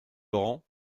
laurent